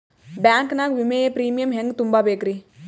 Bank ನಾಗ ವಿಮೆಯ premium ಹೆಂಗ್ ತುಂಬಾ ಬೇಕ್ರಿ?